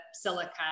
silica